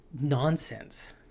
nonsense